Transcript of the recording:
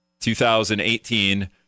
2018